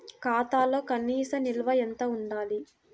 ఖాతాలో కనీస నిల్వ ఎంత ఉండాలి?